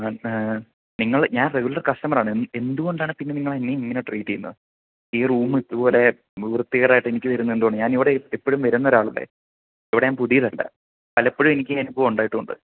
നിങ്ങൾ ഞാൻ റെഗുലർ കസ്റ്റമറാണ് എന്തുകൊണ്ടാണ് പിന്നെ നിങ്ങൾ എന്നെ ഇങ്ങനെ ട്രീറ്റ് ചെയ്യുന്നു ഈ റൂം ഇതുപോലെ വൃത്തികേടായിട്ട് എനിക്ക് തരുന്നത് എന്തുകൊണ്ടാണ് ഞാൻ ഇവിടെ എപ്പോഴും വരുന്ന ഒരാളല്ലേ ഇവിടെ ഞാൻ പുതിയതല്ല പലപ്പോഴും എനിക്ക് ഈ അനുഭവം ഉണ്ടായിട്ടുണ്ട്